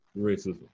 racism